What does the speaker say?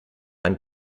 ein